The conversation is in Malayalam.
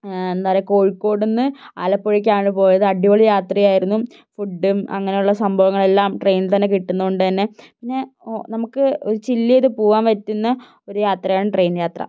എന്താ പറയുക കോഴിക്കോടിൽ നിന്ന് ആലപ്പുഴയ്ക്കാണ് പോയത് അടിപൊളി യാത്രയായിരുന്നു ഫുഡും അങ്ങനെയുള്ള സംഭവങ്ങളെല്ലാം ട്രെയിനിൽ തന്നെ കിട്ടുന്നതുകൊണ്ട് തന്നെ പിന്നെ നമുക്ക് ഒരു ചില്ല് ചെയ്ത് പോകാൻ പറ്റുന്ന ഒരു യാത്രയാണ് ട്രെയിൻ യാത്ര